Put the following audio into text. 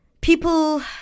people